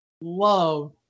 love